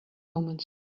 omens